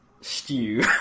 stew